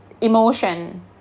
emotion